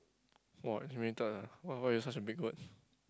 !wah! ah why why use such a big word